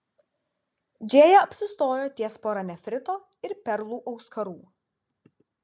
džėja apsistojo ties pora nefrito ir perlų auskarų